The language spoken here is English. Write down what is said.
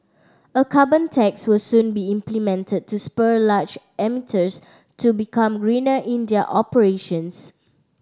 a carbon tax will soon be implemented to spur large emitters to become greener in their operations